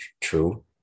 true